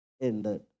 ended